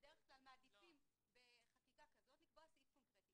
בדרך כלל מעדיפים בחקיקה כזו לקבוע סעיף קונקרטי.